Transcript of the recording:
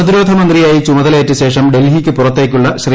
പ്രതിരോധ മന്ത്രിയായി ചുമതലയേറ്റശേഷം ഡൽഹിക്ക് പുറത്തേക്കുള്ള ശീ